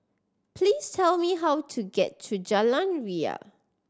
please tell me how to get to Jalan Ria